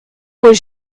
was